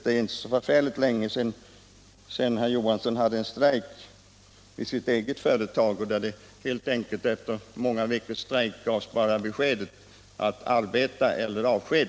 Det är inte så förfärligt länge sedan herr Johansson hade en strejk i sitt eget företag under arbete i Polen, där det helt enkelt efter många veckors strejk bara gavs beskedet: Arbete eller avsked.